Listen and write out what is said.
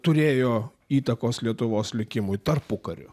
turėjo įtakos lietuvos likimui tarpukariu